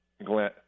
Glenn